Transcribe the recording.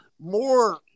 more